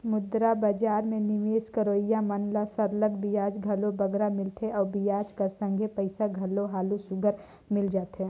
मुद्रा बजार में निवेस करोइया मन ल सरलग बियाज घलो बगरा मिलथे अउ बियाज कर संघे पइसा घलो हालु सुग्घर मिल जाथे